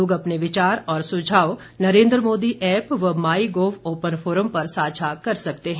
लोग अपने विचार और सुझाव नरेन्द्र मोदी ऐप व माइ गोव ओपन फोरम पर साझा कर सकते हैं